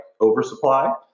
oversupply